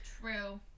True